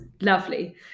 Lovely